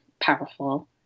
powerful